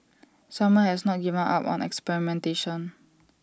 simon has not given up on experimentation